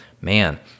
man